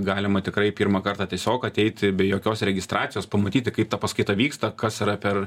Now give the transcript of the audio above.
galima tikrai pirmą kartą tiesiog ateiti be jokios registracijos pamatyti kaip ta paskaita vyksta kas yra per